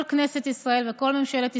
כל כנסת ישראל וכל ממשלת ישראל,